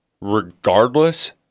regardless